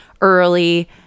early